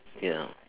ya